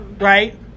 Right